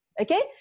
Okay